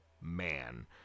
man